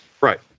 Right